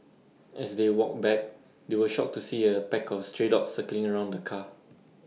as they walked back they were shocked to see A pack of stray dogs circling around the car